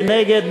מי נגד?